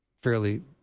fairly